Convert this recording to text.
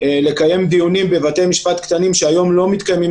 לקיים דיונים בבתי משפט קטנים שהיום לא מתקיימים